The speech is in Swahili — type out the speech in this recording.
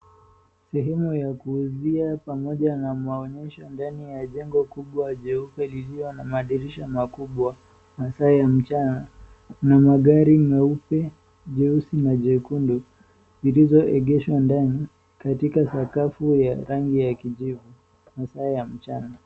Sehemu ya kuuzia pamoja na maonyesho ndani ya jengo kubwa jeupe, lilio na madirisha makubwa, masaa ya mchana. Kuna gari nyeupe, nyeusi na jekundu zilizoegeshwa ndani katika sakafu ya rangi ya kijivu, masaa ya mchana.